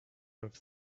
have